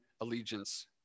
allegiance